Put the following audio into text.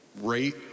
rate